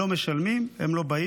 לא משלמים, הם לא באים.